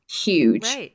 huge